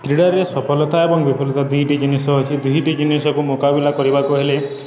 କ୍ରୀଡ଼ାରେ ସଫଲତା ଏବଂ ବିଫଲତା ଦୁଇଟି ଜିନିଷ ଅଛି ଦୁଇଟି ଜିନିଷକୁ ମୁକାବିଲା କରିବାକୁ ହେଲେ